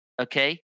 okay